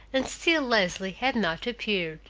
and still leslie had not appeared.